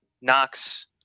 Knox